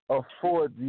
afford